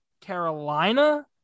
Carolina